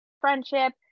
friendship